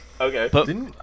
Okay